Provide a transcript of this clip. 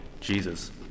Jesus